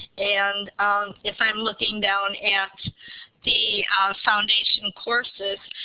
and if i'm looking down at the foundation courses,